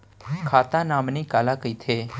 खाता नॉमिनी काला कइथे?